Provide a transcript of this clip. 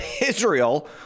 israel